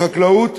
בחקלאות,